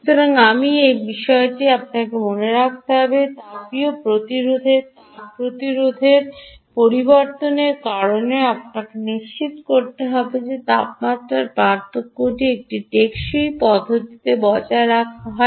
সুতরাং আপনি এই বিষয়টি আপনার মনে রাখবেন যে তাপীয় প্রতিরোধের তাপ প্রতিরোধের পরিবর্তনের কারণে আপনাকে নিশ্চিত করতে হবে যে এই তাপমাত্রার পার্থক্যটি একটি টেকসই পদ্ধতিতে বজায় রাখা হয়